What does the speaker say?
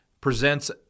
presents